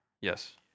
yes